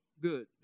Good